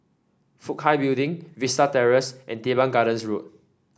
Fook Hai Building Vista Terrace and Teban Gardens Road